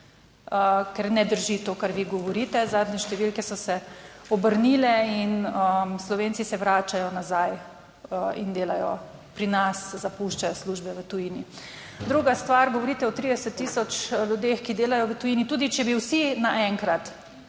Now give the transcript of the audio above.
ker ne drži to, kar vi govorite. Zadnje številke so se obrnile in Slovenci se vračajo nazaj in delajo pri nas, zapuščajo službe v tujini. Druga stvar, govorite o 30 tisoč ljudeh, ki delajo v tujini. Tudi če bi vsi naenkrat